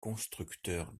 constructeur